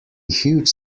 huge